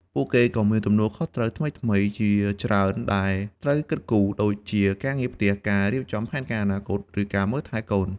ពួកគេក៏មានទំនួលខុសត្រូវថ្មីៗជាច្រើនដែលត្រូវគិតគូរ ដូចជាការងារផ្ទះ ការរៀបចំផែនការអនាគត ឬការមើលថែកូន ។